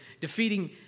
defeating